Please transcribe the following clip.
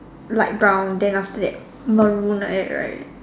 light brown then after that maroon like that right